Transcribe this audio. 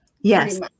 yes